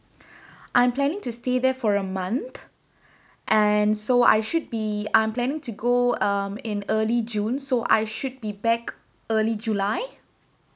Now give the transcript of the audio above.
I'm planning to stay there for a month and so I should be I'm planning to go um in early june so I should be back early july